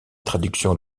traductions